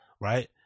right